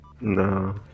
No